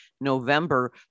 november